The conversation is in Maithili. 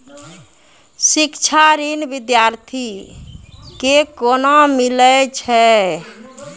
शिक्षा ऋण बिद्यार्थी के कोना मिलै छै?